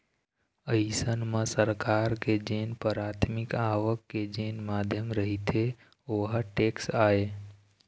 अइसन म सरकार के जेन पराथमिक आवक के जेन माध्यम रहिथे ओहा टेक्स आय